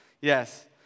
yes